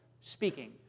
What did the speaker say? speaking